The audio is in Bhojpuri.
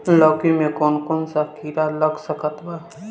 लौकी मे कौन कौन सा कीड़ा लग सकता बा?